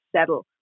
settle